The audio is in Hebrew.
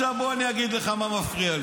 בסדר, אני אסביר לך.